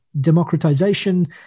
democratization